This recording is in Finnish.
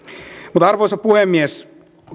mutta arvoisa puhemies